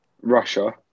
Russia